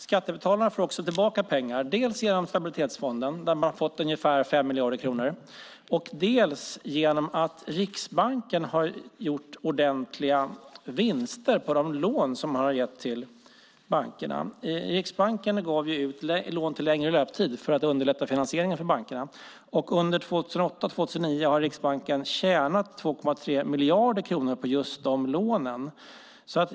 Skattebetalarna får tillbaka pengar dels genom stabilitetsfonden - man har fått ungefär 5 miljarder kronor - dels genom att Riksbanken har gjort ordentliga vinster på de lån som den gett till bankerna. Riksbankens lån har längre löptid för att underlätta finansieringen för bankerna, och under 2008-2009 har Riksbanken tjänat 2,3 miljarder kronor på just de lånen.